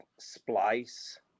splice